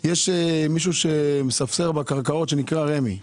יש מישהו שמספסר בקרקעות, רמ"י.